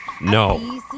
no